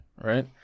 right